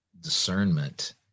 discernment